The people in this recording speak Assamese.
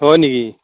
হয় নেকি